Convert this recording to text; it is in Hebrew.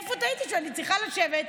איפה טעיתי שאני צריכה לשבת,